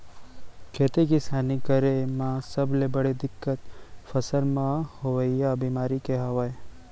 खेती किसानी करे म सबले बड़े दिक्कत फसल म होवइया बेमारी के हवय